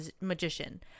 magician